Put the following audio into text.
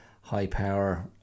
high-power